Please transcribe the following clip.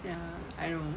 ya I know